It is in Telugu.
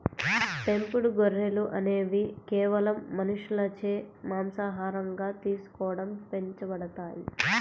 పెంపుడు గొర్రెలు అనేవి కేవలం మనుషులచే మాంసాహారంగా తీసుకోవడం పెంచబడతాయి